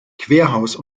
querhaus